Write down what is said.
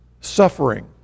suffering